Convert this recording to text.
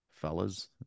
fellas